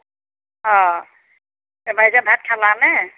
অঁ তাৰপৰা এতিয়া ভাত খালানে